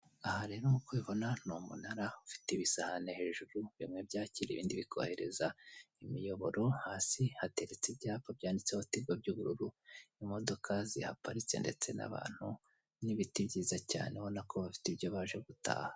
Aha rero nkuko ubibona ni umunara ufite ibisahani hejuru bimwe byakira ibindi bikohereza imiyoboro, hasi hateretse ibyapa byanditseho tigo by'ubururu imodoka zihaparitse ndetse n'abantu n'ibitigiza cyane ubona ko bafite ibyo baje gutaha